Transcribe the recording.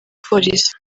polisi